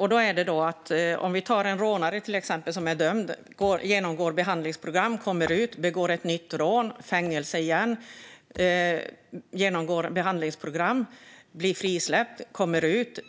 Ta till exempel en rånare som blir dömd, genomgår behandlingsprogram, kommer ut, begår ett nytt rån, får fängelse igen, genomgår behandlingsprogram, blir frisläppt och